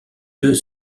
deux